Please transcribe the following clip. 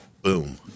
Boom